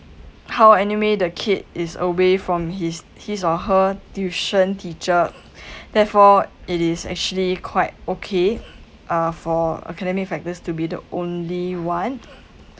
how anyway the kid is away from his his or her tuition teacher therefore it is actually quite okay uh for academic factors to be the only one